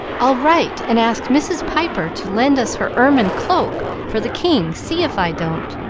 i'll write and ask mrs. piper to lend us her ermine cloak for the king. see if i don't!